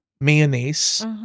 mayonnaise